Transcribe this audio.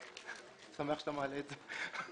אני שמח שאתה מעלה את זה.